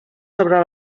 sobre